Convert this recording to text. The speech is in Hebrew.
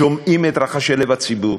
שומעים את רחשי לב הציבור,